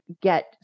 get